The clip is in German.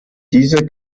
diese